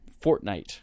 Fortnite